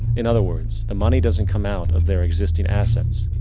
in other words, the money doesn't come out of their existing assets.